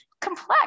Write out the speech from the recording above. complex